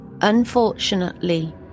Unfortunately